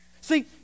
see